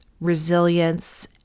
resilience